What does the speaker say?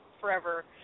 forever